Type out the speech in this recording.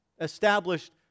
established